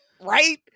right